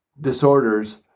disorders